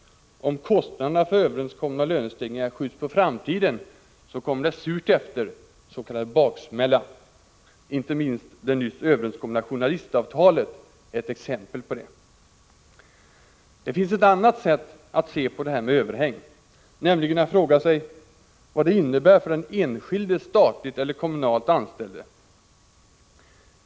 Om kostnaderna för överenskomna lönestegringar skjuts på framtiden kommer det surt efter, s.k. baksmälla. Inte minst det nyss överenskomna journalistavtalet är ett exempel på det. Det finns ett annat sätt att se på det här med överhäng, nämligen att fråga sig vad det innebär för den enskilde statligt eller kommunalt anställde.